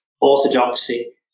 orthodoxy